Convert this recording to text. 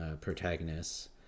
protagonists